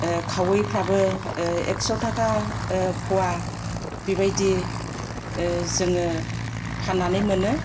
खावैफ्राबो एकस' थाखा पवा बेबायदि जोङो फाननानै मोनो